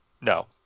No